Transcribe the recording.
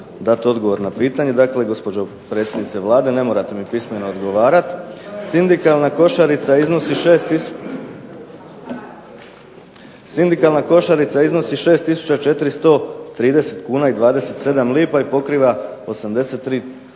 dati odgovor na pitanje. Dakle gospođo predsjednice Vlade, ne morate mi pismeno odgovarat. Sindikalna košarica iznosi 6 tisuća 430 kuna i 27 lipa i pokriva 83,74%